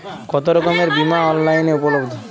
কতোরকমের বিমা অনলাইনে উপলব্ধ?